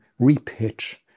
repitch